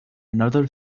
another